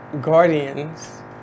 Guardians